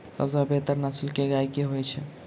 सबसँ बेहतर नस्ल केँ गाय केँ होइ छै?